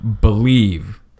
believe